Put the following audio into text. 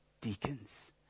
deacons